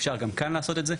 אפשר גם כאן לעשות את זה.